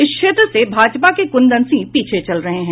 इस क्षेत्र से भाजपा के कुंदन सिंह पीछे चल रहे हैं